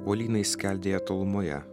uolynai skeldėja tolumoje